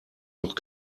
noch